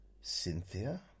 Cynthia